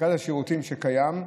מרכז השירותים, שקיים,